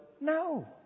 no